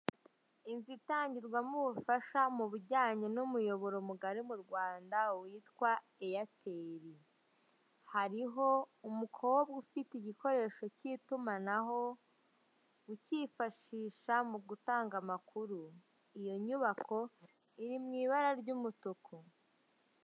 Inzu itangirwamo ubufasha mu bijyanye n'umuyoboro mugari mu Rwanda witwa airtel. Hariho umukobwa ufite igikoresho cy'itumanaho, ukifashisha mu gutanga amakuru. Iyo nyubako iri mw'ibara ry'umutuku.